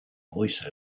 voice